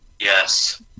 Yes